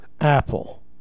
Apple